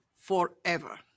forever